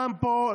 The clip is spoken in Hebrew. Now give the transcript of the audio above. גם פה,